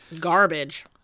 garbage